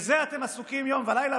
בזה אתם עסוקים יום ולילה,